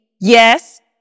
yes